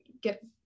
get